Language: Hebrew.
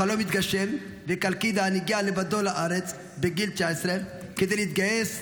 החלום התגשם וקאלקידן הגיע לבדו לארץ בגיל 19 כדי להתגייס,